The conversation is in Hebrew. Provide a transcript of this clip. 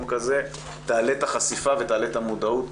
כזה תעלה את החשיפה ותעלה את המודעות,